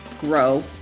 grow